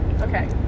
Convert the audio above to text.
Okay